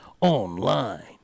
online